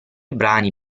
brani